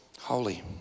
holy